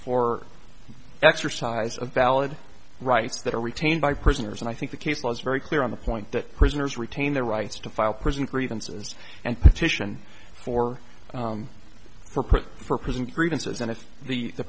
for exercise of valid rights that are retained by prisoners and i think the case was very clear on the point that prisoners retain their rights to file prison grievances and petition for for prison for prison grievances and if the